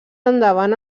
endavant